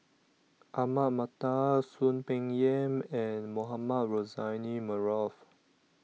Ahmad Mattar Soon Peng Yam and Mohamed Rozani Maarof